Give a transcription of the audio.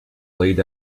laid